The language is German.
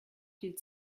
viel